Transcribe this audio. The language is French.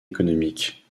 économique